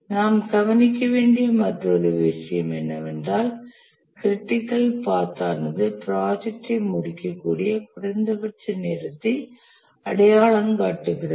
நாம் கவனிக்க வேண்டிய மற்றொரு விஷயம் என்னவென்றால் க்ரிட்டிக்கல் பாத் ஆனது ப்ராஜெக்டை முடிக்க குறைந்தபட்ச நேரத்தை அடையாளம் காட்டுகிறது